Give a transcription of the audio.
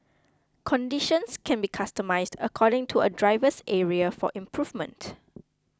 conditions can be customized according to a driver's area for improvement